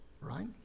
right